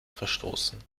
verstoßen